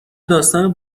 داستان